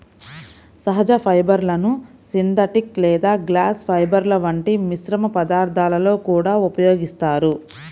సహజ ఫైబర్లను సింథటిక్ లేదా గ్లాస్ ఫైబర్ల వంటి మిశ్రమ పదార్థాలలో కూడా ఉపయోగిస్తారు